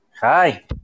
Hi